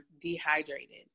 dehydrated